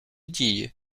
дії